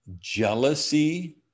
Jealousy